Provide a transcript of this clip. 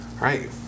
right